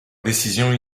décision